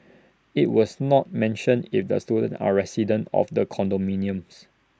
IT was not mentioned if the students are residents of the condominiums